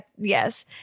Yes